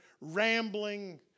rambling